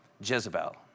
Jezebel